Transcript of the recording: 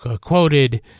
quoted